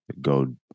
go